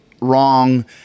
wrong